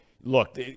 Look